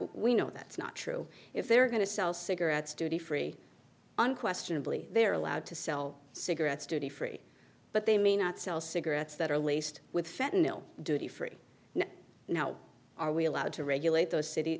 we know that's not true if they're going to sell cigarettes duty free unquestionably they're allowed to sell cigarettes duty free but they may not sell cigarettes that are laced with fenton ill duty free and now are we allowed to regulate those city